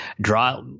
draw